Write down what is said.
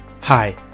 Hi